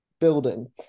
building